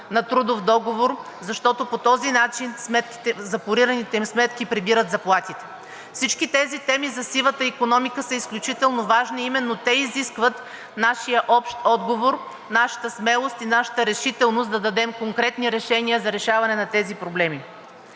на трудов договор, защото по този начин запорираните им сметки прибират заплатите. Всички тези теми за сивата икономика са изключително важни и именно те изискват нашия общ отговор, нашата смелост и нашата решителност да дадем конкретни решения за решаване на тези проблеми.